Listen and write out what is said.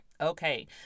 Okay